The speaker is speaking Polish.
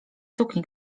sukni